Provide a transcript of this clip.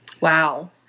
Wow